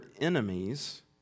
enemies